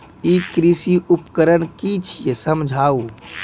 ई कृषि उपकरण कि छियै समझाऊ?